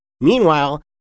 Meanwhile